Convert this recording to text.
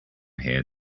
here